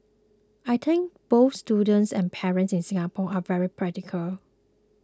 I think both students and parents in Singapore are very practical